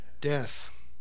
death